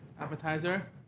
Appetizer